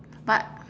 but